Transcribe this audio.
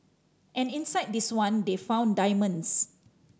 and inside this one they found diamonds